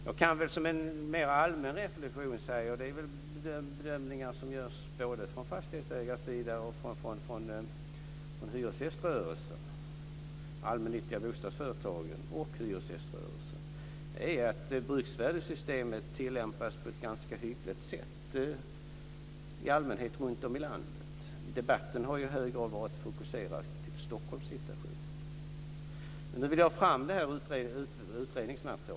Jag kan som en allmän reflexion säga - och det är bedömningar som görs av både fastighetsägarna, de allmännyttiga bostadsföretagen och hyresgäströrelsen - att bruksvärdessystemet i allmänhet tillämpas på ett ganska hyggligt sätt runtom i landet. Debatten har ju i hög grad varit fokuserad på Stockholms situation. Men jag vill nu ha fram det här utredningsmaterialet.